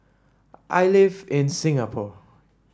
I live in Singapore